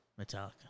Metallica